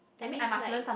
that means like